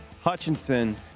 Hutchinson